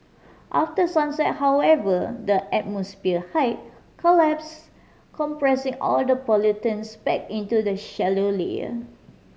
after sunset however the atmosphere height collapses compressing all the pollutants back into a shallow layer